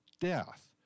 death